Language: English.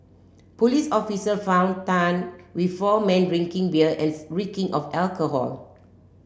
police officer found Tan with four men drinking beer and reeking of alcohol